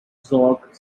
zork